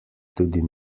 tudi